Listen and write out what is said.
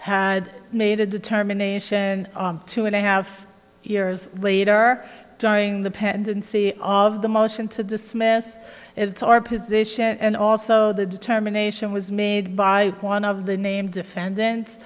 had made a determination to and i have years later during the pendency of the motion to dismiss it's our position and also the determination was made by one of the named defendants